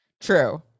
true